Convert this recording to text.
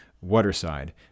Waterside